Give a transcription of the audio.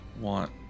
want